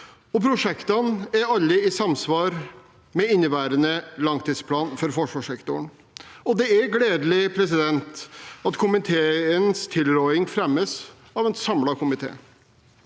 prosjektene er i samsvar med inneværende langtidsplan for forsvarssektoren. Det er gledelig at komiteens tilråding fremmes av en samlet komité.